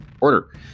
order